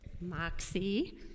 Moxie